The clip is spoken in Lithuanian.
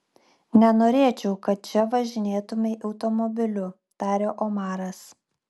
nenorėčiau kad čia važinėtumei automobiliu tarė omaras